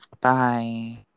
bye